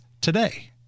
today